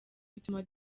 bituma